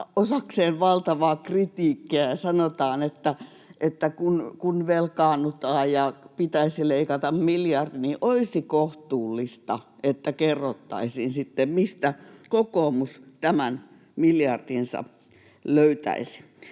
osakseen valtavaa kritiikkiä ja sanotaan, että velkaannutaan ja pitäisi leikata miljardi, niin olisi kohtuullista, että kerrottaisiin sitten, mistä kokoomus tämän miljardinsa löytäisi.